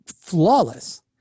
flawless